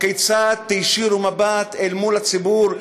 הכיצד תישירו מבט אל הציבור,